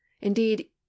Indeed